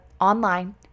online